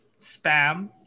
spam